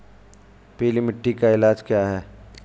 पीली मिट्टी का इलाज क्या है?